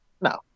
No